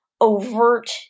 overt